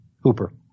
Hooper